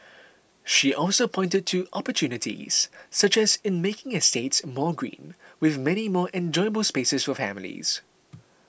she also pointed to opportunities such as in making estates more green with many more enjoyable spaces for families